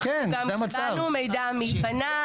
אנחנו קיבלנו מידע מי פנה,